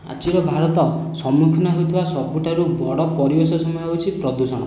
ଆଜିର ଭାରତ ସମ୍ମୁଖୀନ ହେଉଥିବା ସବୁଠାରୁ ବଡ଼ ପରିବେଶ ସମୟ ହେଉଛି ପ୍ରଦୂଷଣ